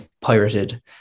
pirated